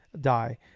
die